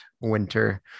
winter